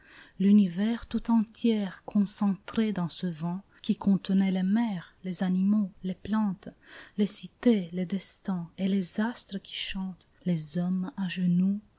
l'univers tout entier concentré dans ce vin qui contentait les mers les animaux les plantes les cités les destins et les astres qui chantent les hommes à genoux